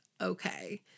okay